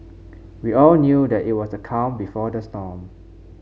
we all knew that it was the calm before the storm